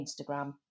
Instagram